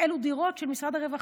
אלו דירות של משרד הרווחה,